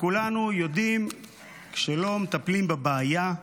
כולנו יודעים שכשלא מטפלים בבעיה,